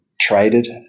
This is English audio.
traded